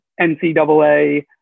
NCAA